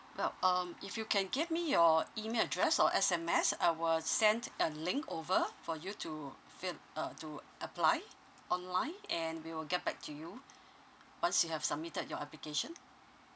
well um if you can give me your email address or S_M_S I will send a link over for you to fill uh to apply online and we will get back to you once you have submitted your application